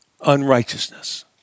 unrighteousness